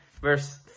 Verse